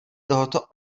toho